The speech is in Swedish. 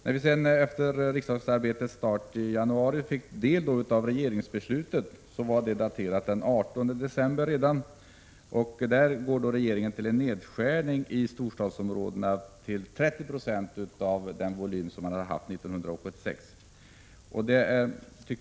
När vi efter riksdagsarbetets start i januari fick del av regeringsbeslutet, som var daterat redan den 18 december, stod det klart att regeringen gjort en nedskärning i storstadsområdena till 30 96 av 1986 års volym.